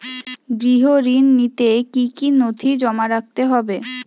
গৃহ ঋণ নিতে কি কি নথি জমা রাখতে হবে?